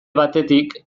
batetik